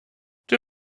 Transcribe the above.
czy